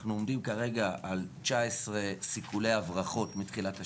אנחנו עומדים כרגע על 19 סיכולי הברחות מתחילת השנה,